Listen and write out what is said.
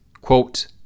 quote